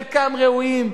חלקם ראויים,